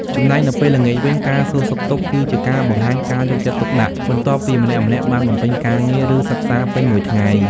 ចំណែកនៅពេលល្ងាចវិញ ការសួរសុខទុក្ខគឺជាការបង្ហាញការយកចិត្តទុកដាក់ បន្ទាប់ពីម្នាក់ៗបានបំពេញការងារ ឬសិក្សាពេញមួយថ្ងៃ។